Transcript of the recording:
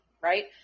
right